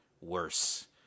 worse